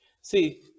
see